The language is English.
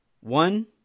One